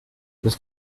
los